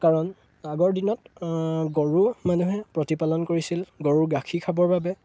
কাৰণ আগৰ দিনত গৰু মানুহে প্ৰতিপালন কৰিছিল গৰুৰ গাখীৰ খাবৰ বাবে